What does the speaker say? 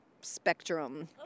spectrum